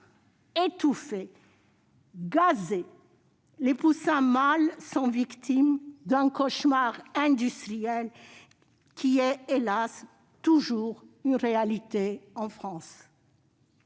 étouffés, gazés, les poussins mâles sont victimes d'un cauchemar industriel, lequel est, hélas, toujours une réalité en France.